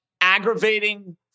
aggravating